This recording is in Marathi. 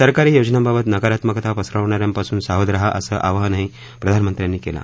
सरकारी योजनांबाबत नकारात्मकता पसरवणार्यांपासून सावध रहा असं आवाहन प्रधानमंत्र्यांनी केलं